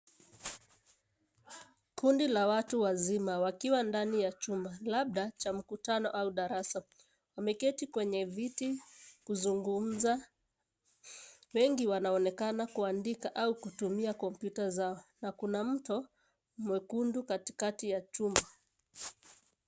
Kundi la watu wazima wakiwa ndani ya chumba labda cha mkutano au darasa. Wameketi kwenye viti kuzungumza, wengi wanaonekana kuandika au kutumia kompyuta zao na kuna mto mwekundu katikati ya chumba.